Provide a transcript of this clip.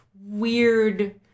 weird